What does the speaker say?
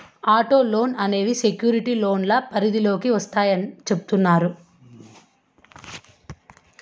auto లోన్లు అనేవి secured లోన్ల పరిధిలోకి వత్తాయని చెబుతున్నారు